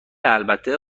البته